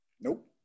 Nope